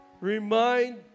Remind